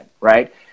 Right